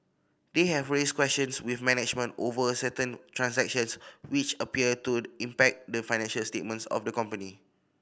they have raised questions with management over certain transactions which appear to impact the financial statements of the company